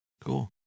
cool